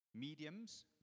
mediums